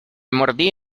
mordía